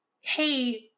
hey